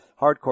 hardcore